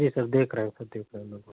जी sir देख रहे हैं सर देख रहे हैं